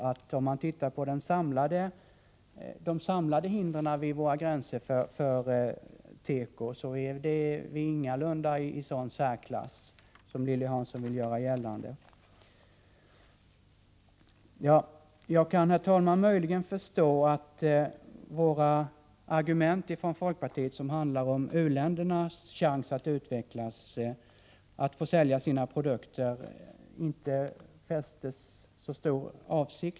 Men om man tittar på de samlade hindren vid våra gränser för tekoimport, är vi ingalunda i sådan särklass som Lilly Hansson vill göra gällande. Herr talman! Jag kan möjligen förstå att socialdemokraterna inte fäster så stort avseende vid folkpartiets argument om u-ländernas chans att utvecklas och sälja sina produkter.